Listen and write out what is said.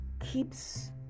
keeps